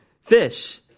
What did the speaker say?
fish